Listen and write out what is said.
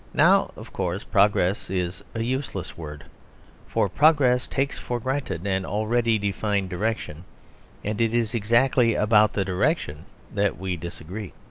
now, of course, progress is a useless word for progress takes for granted an already defined direction and it is exactly about the direction that we disagree.